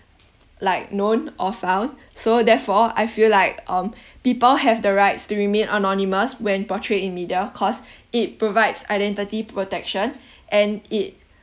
like known or found so therefore I feel like um people have the rights to remain anonymous when portrayed in media cause it provides identity protection and it